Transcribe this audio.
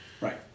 Right